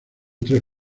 tres